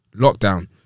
lockdown